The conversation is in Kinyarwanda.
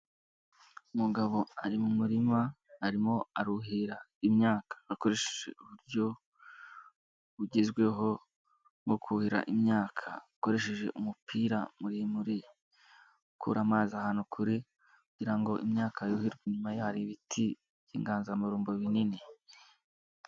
Umugabo ari mu murima arimo aruhira imyaka, akoresheje uburyo bugezweho bwo kuhira imyaka, akoresheje umupira muremure ukura amazi ahantu kure kugira ngo imyaka yuhirwe, inyuma ye hari ibiti by'inganzamarumbo binini.